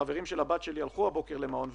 החברים של הבת שלי הלכו הבוקר למעון ויצ"ו,